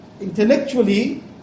Intellectually